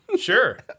Sure